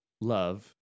love